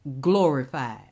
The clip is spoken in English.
glorified